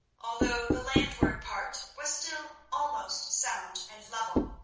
although the landward part was still almost sound and level.